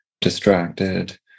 distracted